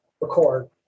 Record